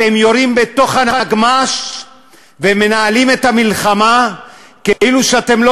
אתם יורים בתוך הנגמ"ש ומנהלים את המלחמה כאילו אתם לא